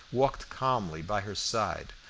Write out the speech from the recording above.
walked calmly by her side,